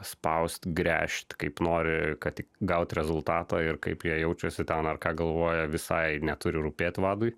spaust gręžt kaip nori kad tik gauti rezultatą ir kaip jie jaučiasi ten ar ką galvoja visai neturi rūpėt vadui